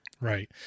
right